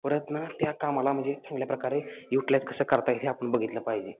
परतून त्या कामाला म्हणजे चांगल्या प्रकारे युटिलाईज कसं करता येईल आपण बघितलं पाहिजे